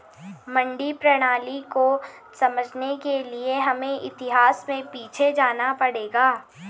मंडी प्रणाली को समझने के लिए हमें इतिहास में पीछे जाना पड़ेगा